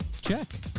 Check